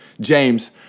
James